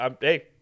hey